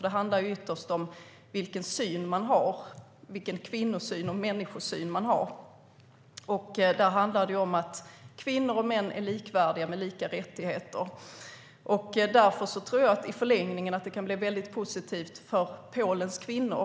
Det handlar ytterst om vilken kvinnosyn och människosyn man har. Det handlar om att kvinnor och män är likvärdiga med lika rättigheter. Det jämställdhetsarbete som har inletts kan på längre sikt bli väldigt positivt för Polens kvinnor.